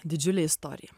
didžiulė istorija